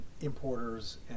importers